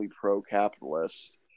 pro-capitalist